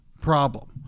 problem